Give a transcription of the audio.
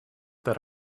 that